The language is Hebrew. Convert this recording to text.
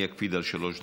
אני אקפיד על שלוש דקות.